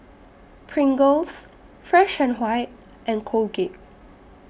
Pringles Fresh and White and Colgate